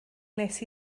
wnes